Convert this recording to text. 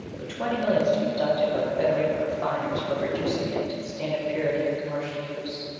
with twenty millions to be deducted by the federated refiners for reducing it to the standard purity for commercial use.